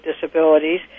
disabilities